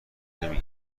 نمی